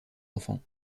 enfants